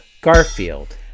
Garfield